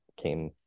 came